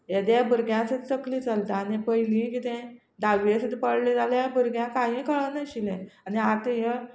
येद्या भुरग्यां सद चकली चलता आनी पयली कितें धाव्वी पडले जाल्या भुरग्यांक कांय कळनाशिल्ले आनी आतां ह्यो